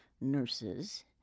nurses